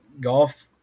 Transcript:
golf